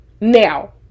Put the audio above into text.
now